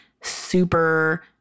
super